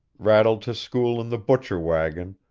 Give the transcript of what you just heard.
rattled to school in the butcher wagon,